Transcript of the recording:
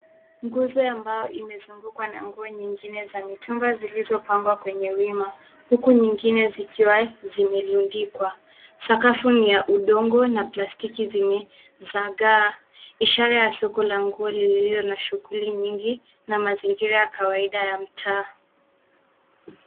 Nguzo ya mbao imezungukwa na nguo nyingine za mitumba zilizopangwa kwenye wima. Huku nyingine zikiwa zimerudnikwa. Sakafu ni ya udongo na plastiki zingine zimezaga ishara ya soko la nguo lililo na shughuli nyingi na mazingira ya kawaida ya mtaa.